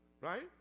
right